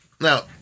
Now